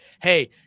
Hey